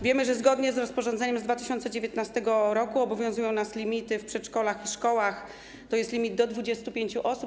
Wiemy, że zgodnie z rozporządzeniem z 2019 r. obowiązują nas limity w przedszkolach i szkołach, to jest limit do 25 osób.